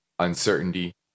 uncertainty